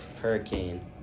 Hurricane